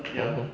(uh huh)